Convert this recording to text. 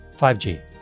5G